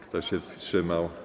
Kto się wstrzymał?